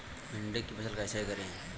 भिंडी की फसल कैसे करें?